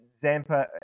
Zampa